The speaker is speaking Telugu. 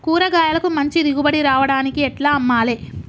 కూరగాయలకు మంచి దిగుబడి రావడానికి ఎట్ల అమ్మాలే?